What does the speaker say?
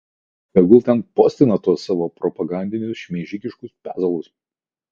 tegul ten postina tuos savo propagandinius šmeižikiškus pezalus